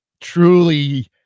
truly